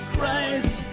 Christ